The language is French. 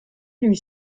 lui